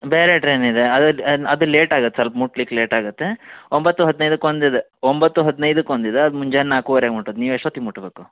ಬೇರೆ ಟ್ರೈನ್ ಇದೆ ಅದು ಲೇಟಾಗತ್ತೆ ಸ್ವಲ್ಪ್ ಮುಟ್ಲಿಕ್ಕೆ ಲೇಟ್ ಆಗುತ್ತೆ ಒಂಬತ್ತು ಹದಿನೈದಕ್ಕೆ ಒಂದಿದೆ ಒಂಬತ್ತು ಹದಿನೈದಕ್ಕೆ ಒಂದಿದೆ ಅದು ಮುಂಜಾನೆ ನಾಲ್ಕುವರೆಗೆ ಮುಟ್ಟತ್ತೆ ನೀವು ಎಷ್ಟೊತ್ತಿಗೆ ಮುಟ್ಟಬೇಕು